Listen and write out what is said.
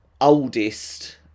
oldest